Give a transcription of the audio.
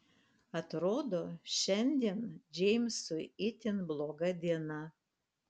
atrodo šiandien džeimsui itin bloga diena